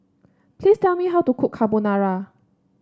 please tell me how to cook Carbonara